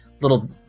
little